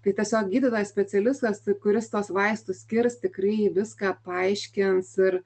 tai tiesiog gydytojas specialistas kuris tuos vaistus skirs tikrai viską paaiškins ir